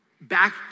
back